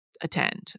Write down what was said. attend